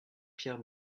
pierre